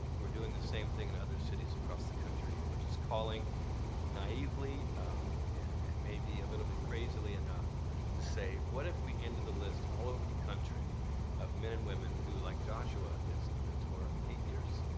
we're doing the same thing in other cities across the country. and we're just calling naively and and maybe a little bit crazily enough to say what if we end the list all over the country of men and women who, like joshua, is a mentor of eight years?